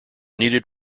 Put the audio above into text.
needed